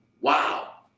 Wow